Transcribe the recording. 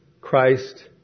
Christ